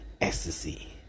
ecstasy